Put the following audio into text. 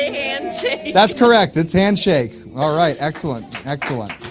and that's correct. it's handshake! alright excellent, excellent.